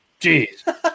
Jeez